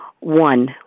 One